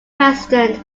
president